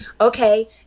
Okay